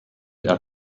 are